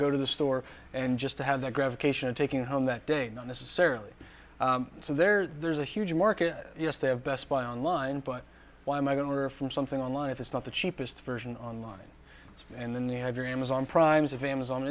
go to the store and just to have the gravitation of taking home that day not necessarily so there's a huge market yes they have best buy online but why am i going to or from something online if it's not the cheapest version online and then you have your amazon prime's of amazon